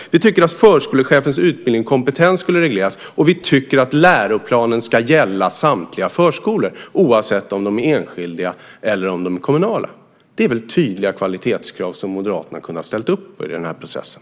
Vi tyckte att förskolechefens utbildning och kompetens skulle regleras, och vi tycker att läroplanen ska gälla samtliga förskolor, oavsett om de är enskilda eller kommunala. Det är väl tydliga kvalitetskrav som Moderaterna kunde ha ställt upp på i den här processen!